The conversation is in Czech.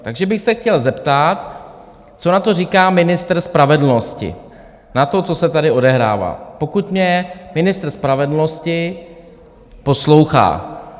Takže bych se chtěl zeptat, co na to říká ministr spravedlnosti, na to, co se tady odehrává, pokud mě ministr spravedlnosti poslouchá.